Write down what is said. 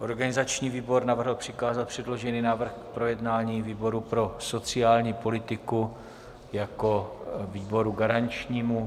Organizační výbor navrhl přikázat předložený návrh k projednání výboru pro sociální politiku jako výboru garančnímu.